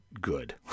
good